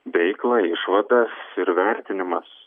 veiklą išvadas ir vertinimas